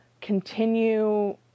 continue